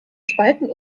spalten